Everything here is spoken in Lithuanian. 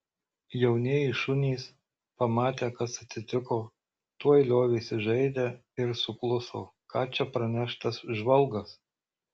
jaunieji šunys pamatę kas atsitiko tuoj liovėsi žaidę ir sukluso ką čia praneš tas žvalgas